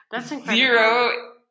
zero